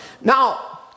Now